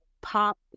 pop